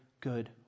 good